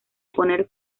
poner